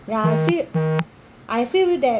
ya I feel I feel that